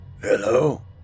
Hello